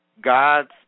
God's